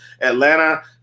Atlanta